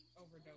overdose